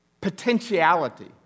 potentiality